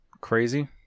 Crazy